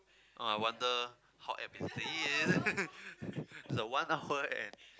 oh I wonder how everybody is is a one hour and